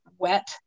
wet